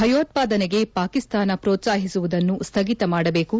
ಭಯೋತ್ಪಾದನೆಗೆ ಪಾಕಿಸ್ತಾನ ಪ್ರೋತ್ಪಾಹಿಸುವುದನ್ನು ಸ್ಥಗಿತ ಮಾಡಬೇಕು